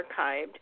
archived